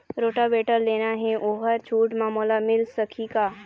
Rotavator लेना हे ओहर छूट म मोला मिल सकही का?